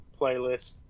playlist